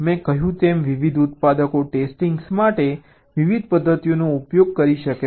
મેં કહ્યું તેમ વિવિધ ઉત્પાદકો ટેસ્ટિંગ માટે વિવિધ પદ્ધતિઓનો ઉપયોગ કરી શકે છે